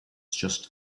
just